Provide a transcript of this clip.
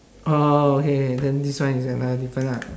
oh okay K then this one is another different lah